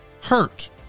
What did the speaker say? hurt